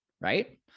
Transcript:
right